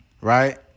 right